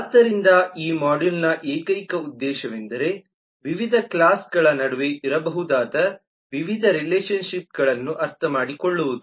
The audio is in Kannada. ಆದ್ದರಿಂದ ಈ ಮಾಡ್ಯೂಲ್ನ ಏಕೈಕ ಉದ್ದೇಶವೆಂದರೆ ವಿವಿಧ ಕ್ಲಾಸ್ಗಳ ನಡುವೆ ಇರಬಹುದಾದ ವಿವಿಧ ರಿಲೇಶನ್ ಶಿಪ್ಗಳನ್ನು ಅರ್ಥಮಾಡಿಕೊಳ್ಳುವುದು